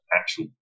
actual